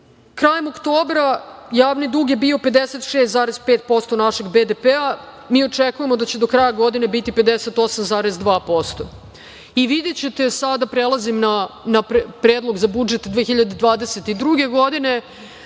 nas. Krajem oktobra javni dug je bio 56,5% našeg BDP-a. Mi očekujemo da će do kraja godine biti 58,2% i videćete, sada prelazim na Predlog za budžet 2022. godine,